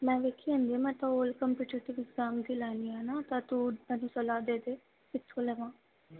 ਮੈਂ ਵੇਖੀ ਹੁੰਦੀ ਆ ਮੈਂ ਤਾਂ ਓਲ ਕੰਪਿਊਟਰ ਇਗ੍ਜ਼ੈਮ ਦੀ ਲੈਣੀ ਆ ਨਾ ਤਾਂ ਤੂੰ ਮੈਨੂੰ ਸਲਾਹ ਦੇ ਦੇ ਕਿੱਥੋਂ ਲਵਾਂ